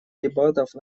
дебатов